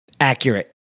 Accurate